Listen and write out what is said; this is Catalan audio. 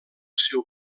seu